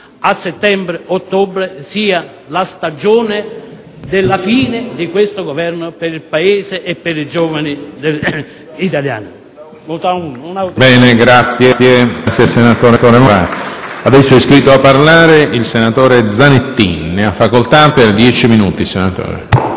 settembre e ottobre siano la stagione della fine di questo Governo per il Paese e per i giovani italiani.